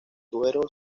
duero